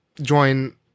join